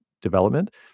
development